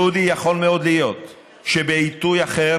דודי, יכול מאוד להיות שבעיתוי אחר,